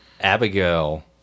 Abigail